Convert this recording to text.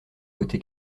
côté